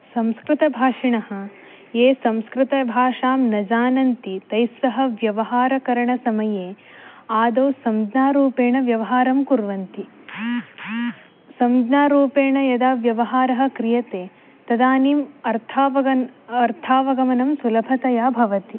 संस्कृतभाषिणः ये संस्कृतभाषां न जानन्ति तैस्सह व्यवहारकरणसमये आदौ संज्ञारूपेण व्यवहारं कुर्वन्ति संज्ञारूपेण यदा व्यवहारः क्रियते तदानिम् अर्थावगन् अर्थावगमनं सुलभतया भवति